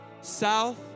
south